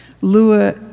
Lua